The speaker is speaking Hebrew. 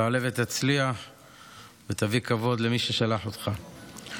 תעלה ותצליח ותביא כבוד למי ששלח אותך.